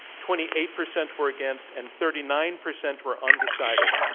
twenty eight percent were against, and thirty nine percent were undecided.